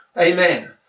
Amen